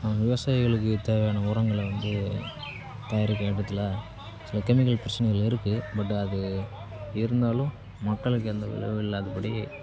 விவசாயிகளுக்கு தேவையான உரங்களை வந்து தயாரிக்கிற விதத்தில் சில கெமிக்கல் பிரச்சினைகள் இருக்குது பட் அது இருந்தாலும் மக்களுக்கு அந்த விளைவு இல்லாதபடி